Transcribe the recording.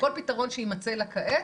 כל פתרון שיימצא לה כעת,